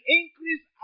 increase